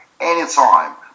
anytime